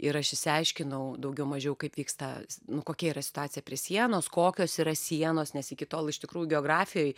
ir aš išsiaiškinau daugiau mažiau kaip vyksta nu kokia yra situacija prie sienos kokios yra sienos nes iki tol iš tikrųjų geografijoj